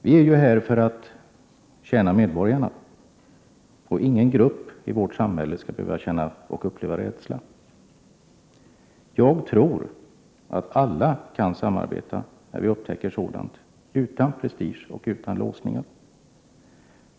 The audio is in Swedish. Vi är ju här för att tjäna medborgarna, och ingen gruppi vårt samhälle skall behöva uppleva rädsla. Jag tror att alla kan samarbeta när vi upptäcker sådant utan prestige och utan låsningar.